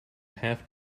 half